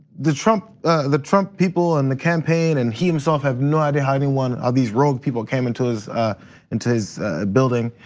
the trump the trump people and the campaign and he himself have no idea how i mean ah these rogue people came into his into his building.